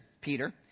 Peter